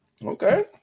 Okay